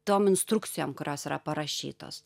tom instrukcijom kurios yra parašytos